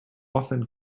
often